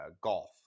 golf